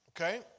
Okay